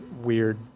weird